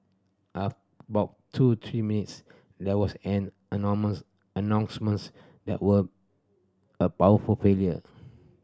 after about two three minutes there was an announcement that were a power failure